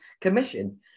Commission